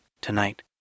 tonight